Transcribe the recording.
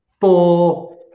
four